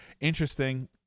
interesting